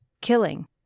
killing